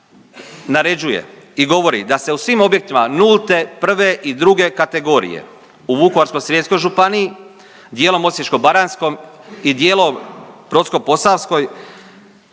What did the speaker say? naređuje i govori da se u svim objektima nulte, prve i druge kategorije u Vukovarsko-srijemskoj županiji, dijelom Osječko-baranjskom i dijelom Brodsko-posavskoj